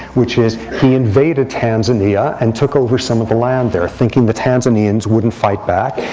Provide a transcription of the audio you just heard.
which is he invaded tanzania and took over some of the land there, thinking the tanzanians wouldn't fight back.